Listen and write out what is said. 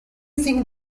think